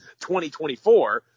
2024